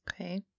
okay